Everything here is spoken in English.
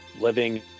Living